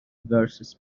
versus